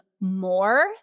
more